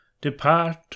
Depart